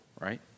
right